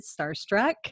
starstruck